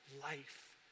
life